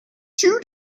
two